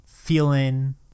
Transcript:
feeling